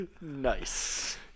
Nice